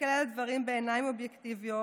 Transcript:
להסתכל על הדברים בעיניים אובייקטיביות